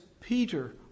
Peter